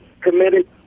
committed